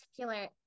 particular